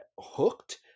hooked